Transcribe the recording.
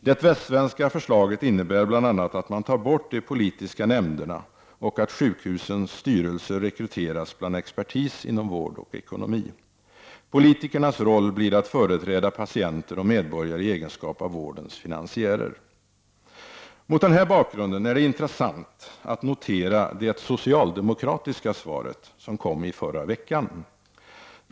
Det västsvenska förslaget innebär bl.a. att man tar bort de politiska nämnderna och att sjukhusens styrelser rekryteras bland expertis inom vård och ekonomi. Politikernas roll blir att företräda patienter och medborgare i egenskap av vårdens finansiärer. Mot den här bakgrunden är det intressant att notera det socialdemokratiska svaret, som kom i förra veckan.